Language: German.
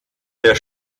der